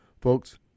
Folks